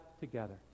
together